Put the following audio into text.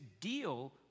deal